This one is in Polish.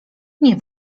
nie